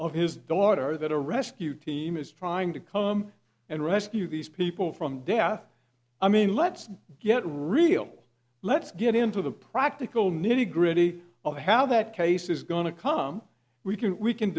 of his daughter that a rescue team is trying to come and rescue these people from death i mean let's get real let's get into the practical nitty gritty of how that case is going to come we can we can